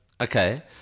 okay